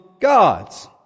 gods